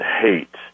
hate